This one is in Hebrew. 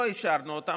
לא אישרנו אותם,